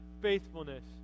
faithfulness